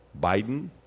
Biden